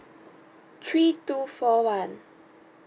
three two four one